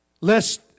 lest